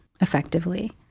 effectively